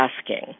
asking